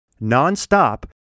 nonstop